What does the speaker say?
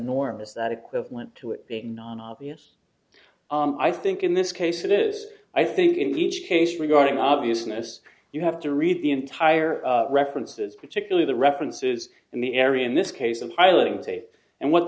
norm is that equivalent to it being non obvious i think in this case it is i think in each case regarding obviousness you have to read the entire references particularly the references in the area in this case of filing date and what